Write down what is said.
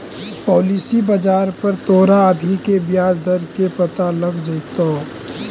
policy बाजार पर तोरा अभी के ब्याज दर के पता लग जाइतो